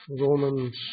Romans